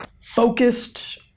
focused